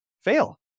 fail